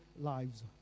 lives